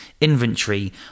inventory